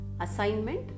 assignment